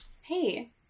Hey